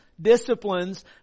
Disciplines